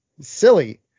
silly